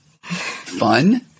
Fun